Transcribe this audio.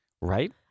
Right